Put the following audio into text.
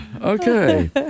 okay